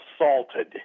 assaulted